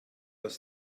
das